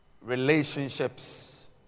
relationships